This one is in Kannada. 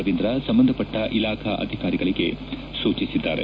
ರವೀಂದ್ರ ಸಂಬಂಧಪಟ್ಟ ಇಲಾಖಾ ಅಧಿಕಾರಿಗಳಿಗೆ ಸೂಚಿಸಿದ್ದಾರೆ